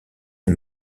les